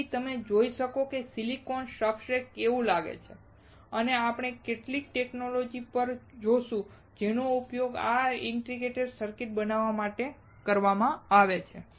તેથી તમે જોઈ શકો છો કે સિલિકોન સબસ્ટ્રેટ કેવું લાગે છે અને આપણે કેટલીક ટેકનોલોજી પણ જોશું જેનો ઉપયોગ આ ઇન્ટિગ્રેટેડ સર્કિટ્સ બનાવવા માટે કરવામાં આવે છે